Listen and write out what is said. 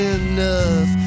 enough